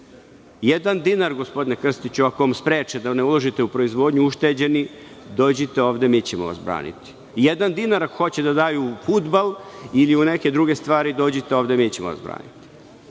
ušteđeni dinar, gospodine Krstiću, ako vam spreče da ne uložite u proizvodnju, dođite ovde, mi ćemo vas braniti. Jedan dinar ako hoće da daju u fudbal ili u neke druge stvari, dođite ovde, mi ćemo vas braniti.